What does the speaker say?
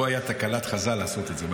פה הייתה תקנת חז"ל לעשות את זה.